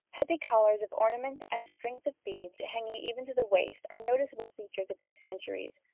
heavy collars of ornament and strings of beads, hanging even to the waist, are noticeable features of these centuries,